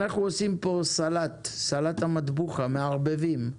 אנחנו עושים פה סלט, סלט המטבוחה, מערבבים,